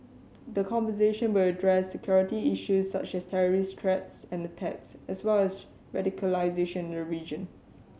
the conversation will address security issues such as terrorist threats and attacks as well as radicalisation the region